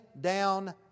down